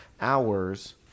hours